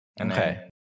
Okay